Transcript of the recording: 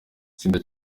tsinda